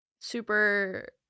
super